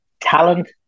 talent